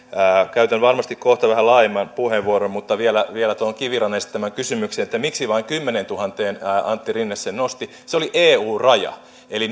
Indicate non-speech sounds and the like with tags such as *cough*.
käytän varmasti kohta vähän laajemman puheenvuoron mutta vielä vielä tuohon kivirannan esittämään kysymykseen että miksi vain kymmeneentuhanteen antti rinne sen nosti se oli eu raja eli *unintelligible*